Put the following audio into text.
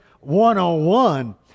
one-on-one